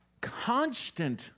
constant